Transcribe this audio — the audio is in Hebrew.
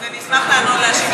אז אני אשמח להגיב,